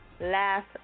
last